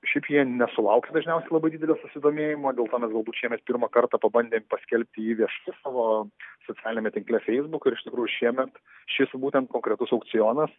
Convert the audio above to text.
šiaip jie nesulaukia dažniausiai labai didelio susidomėjimo dėl to mes galbūt šiemet pirmą kartą pabandėm paskelbti jį viešai savo socialiniame tinkle feisbuk ir iš tikrųjų šiemet šis būtent konkretus aukcionas